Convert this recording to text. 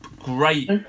great